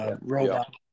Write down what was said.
robot